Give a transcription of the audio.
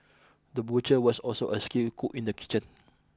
the butcher was also a skilled cook in the kitchen